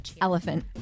elephant